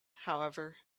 however